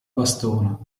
bastona